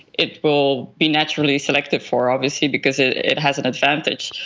it will be naturally selected for, obviously, because it it has an advantage.